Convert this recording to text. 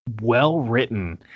well-written